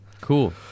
Cool